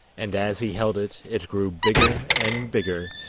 and as he held it, it grew bigger and bigger,